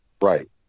Right